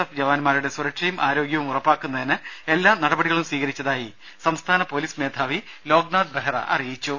F ജവാന്മാരുടെ സുരക്ഷയും ആരോഗ്യവും ഉറപ്പാക്കുന്നതിന് എല്ലാ നടപടികളും സ്വീകരിച്ചതായി സംസ്ഥാന പോലീസ് മേധാവി ലോക്നാഥ് ബെഹ്റ അറിയിച്ചു